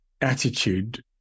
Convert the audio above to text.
attitude